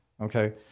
Okay